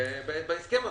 בהסכם הזה.